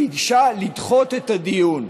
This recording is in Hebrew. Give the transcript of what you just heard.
ביקשה לדחות את הדיון.